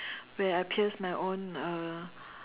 where I pierced my own uh